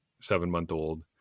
seven-month-old